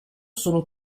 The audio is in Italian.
sono